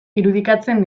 irudikatzen